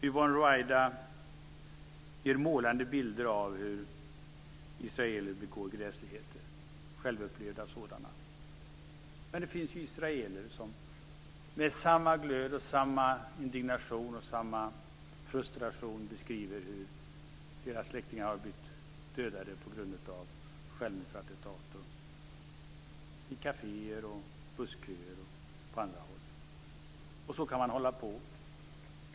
Yvonne Ruwaida ger målande bilder av hur israeler gör gräsliga saker - självupplevda sådana. Men det finns ju israeler som med samma glöd, samma indignation och samma frustration beskriver hur deras släktingar har blivit dödade vid självmordsattentat i kaféer, i bussköer och på andra håll. Så kan man hålla på.